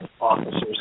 officers